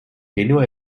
genua